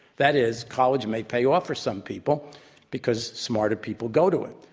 that is, college may pay off for some people because smarter people go to it.